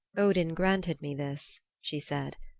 odin granted me this, she said,